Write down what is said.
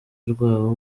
rwabo